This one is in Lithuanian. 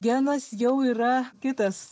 genas jau yra kitas